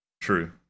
True